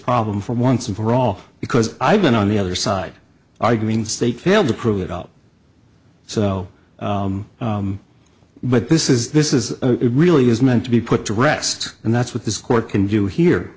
problem for once and for all because i've been on the other side arguing the state failed to prove it out so but this is this is it really is meant to be put to rest and that's what this court can do here